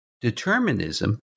Determinism